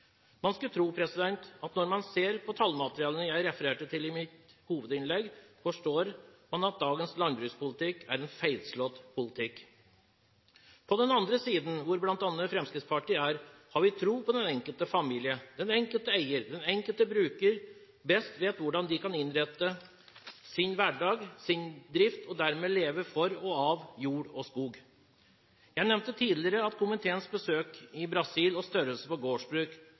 Man skulle tro at når man ser på tallmaterialene jeg refererte til i mitt hovedinnlegg, forstår man at dagens landbrukspolitikk er en feilslått politikk. På den andre siden, hvor bl.a. Fremskrittspartiet er, har vi tro på den enkelte familie. Den enkelte eier og den enkelte bruker vet best hvordan de kan innrette sin hverdag, sin drift, og dermed leve for og av jord og skog. Jeg nevnte tidligere komiteens besøk i Brasil og størrelse på gårdsbruk,